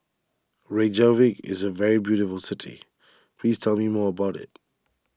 Reykjavik is a very beautiful city please tell me more about it